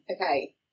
okay